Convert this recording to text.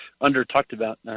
under-talked-about